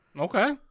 Okay